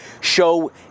show